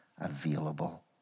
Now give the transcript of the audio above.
available